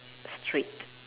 straight